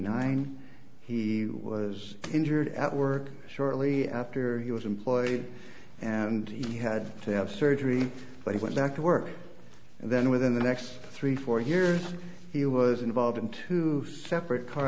nine he was injured at work shortly after he was employed and he had to have surgery but he went back to work and then within the next three four years he was involved in two separate car